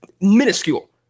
Minuscule